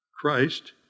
Christ